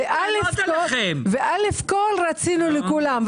וגימ"ל, רצינו לכולם.